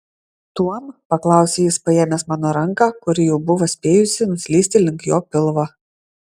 tuom paklausė jis paėmęs mano ranką kuri jau buvo spėjusi nuslysti link jo pilvo